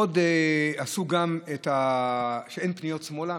עשו עוד שאין פניות שמאלה.